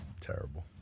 Terrible